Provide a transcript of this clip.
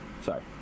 Sorry